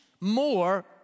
more